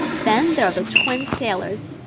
then there are the twin sailors.